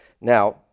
Now